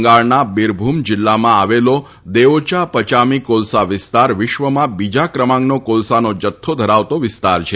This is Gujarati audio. બંગાળના બિરભુમ જિલ્લામાં આવેલો દેઓયા પયામી કોલસા વિસ્તાર વિશ્વમાં બીજા ક્રમાંકનો કોલસાનો જથ્થો ધરાવતો વિસ્તાર છે